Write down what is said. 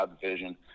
division